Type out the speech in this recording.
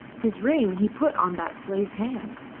his ring he put on that slave's hand.